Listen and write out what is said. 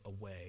away